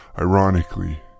Ironically